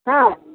ହଁ